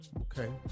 okay